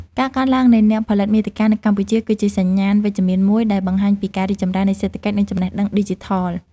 ការកើនឡើងនៃអ្នកផលិតមាតិកានៅកម្ពុជា គឺជាសញ្ញាណវិជ្ជមានមួយដែលបង្ហាញពីការរីកចម្រើននៃសេដ្ឋកិច្ច និងចំណេះដឹងឌីជីថល។